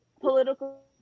political